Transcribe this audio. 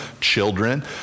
children